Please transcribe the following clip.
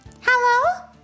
Hello